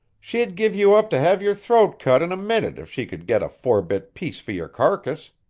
she'd give you up to have your throat cut in a minute if she could get a four-bit piece for your carcass.